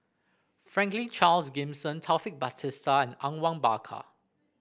Franklin Charles Gimson Taufik Batisah and Awang Bakar